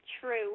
True